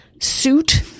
suit